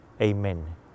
Amen